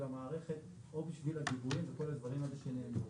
המערכת או בשביל הגיבויים וכל הדברים האלה שנאמרו.